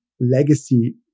legacy